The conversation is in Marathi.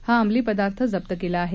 हा अमली पदार्थ जप्त केला आहे